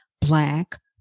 Black